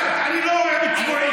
ואנחנו רואים את התוצאות היום.